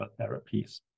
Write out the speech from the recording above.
therapies